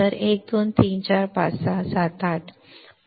तर 0 1 2 3 4 5 6 7 8